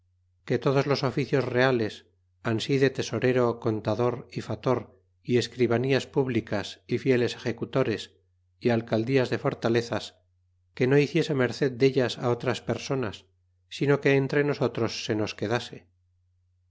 que todos los oficios reales arisí de tesorero contador y fator y escribanías públicas é fieles executores y alcaydias do fortalezas que no hiciese merced deltas otras personas sino que entre nosotros se nos quedase